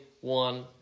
One